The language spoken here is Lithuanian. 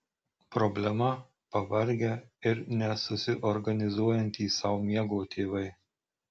problema pavargę ir nesusiorganizuojantys sau miego tėvai